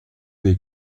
they